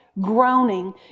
groaning